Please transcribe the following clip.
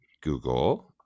Google